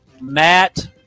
Matt